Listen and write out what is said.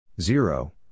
Zero